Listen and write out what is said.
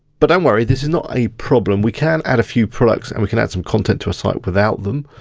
but don't um worry, this is not a problem. we can add a few products and we can add some content to a site without them.